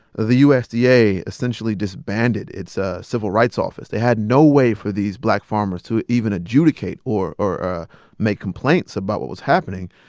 the usda essentially disbanded its ah civil rights office. they had no way for these black farmers to even adjudicate or or ah make complaints about what was happening.